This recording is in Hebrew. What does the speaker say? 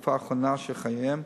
בתקופה האחרונה של חייהם,